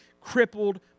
crippled